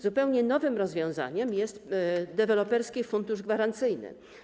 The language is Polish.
Zupełnie nowym rozwiązaniem jest Deweloperski Fundusz Gwarancyjny.